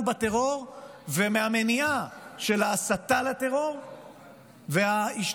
בטרור ומהמניעה של ההסתה לטרור וההשתוללות,